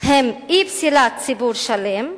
הם אי-פסילת ציבור שלם,